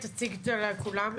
תציג את עצמך.